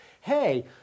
Hey